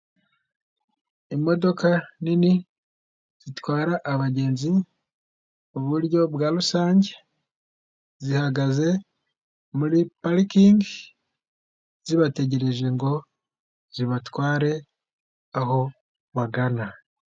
Imodoka nini zitwara abagenzi mu buryo bwa rusange, zihagaze muri parikingi zibategereje ngo zibatware aho bagana.